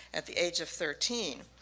at the age of thirteen,